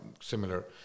similar